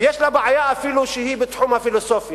ויש לה בעיה שהיא אפילו בתחום הפילוסופיה.